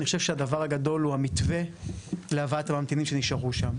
אני חושב שהדבר הגדול זה המתווה להבאת הממתינים שם.